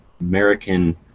American